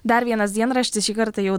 dar vienas dienraštis šį kartą jau